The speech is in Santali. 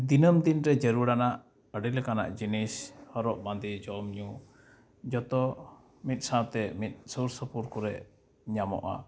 ᱫᱤᱱᱟᱹᱢ ᱫᱤᱱᱨᱮ ᱡᱟᱹᱨᱩᱲᱟᱱᱟᱜ ᱟᱹᱰᱤ ᱞᱮᱠᱟᱱᱟᱜ ᱡᱤᱱᱤᱥ ᱦᱚᱨᱚᱜᱼᱵᱟᱸᱫᱮ ᱡᱚᱢᱼᱧᱩ ᱡᱚᱛᱚ ᱢᱤᱫ ᱥᱟᱶᱛᱮ ᱢᱤᱫ ᱥᱩᱨᱥᱩᱯᱩᱨ ᱠᱚᱨᱮ ᱧᱟᱢᱚᱜᱼᱟ